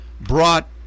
brought